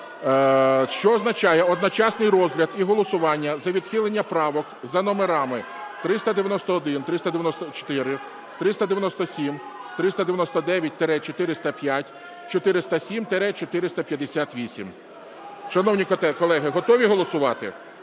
Що означає одночасний розгляд і голосування за відхилення правок за номерами: 391, 394, 397, 399-405, 407-458. Шановні колеги, готові голосувати?